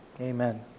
Amen